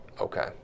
Okay